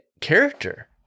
character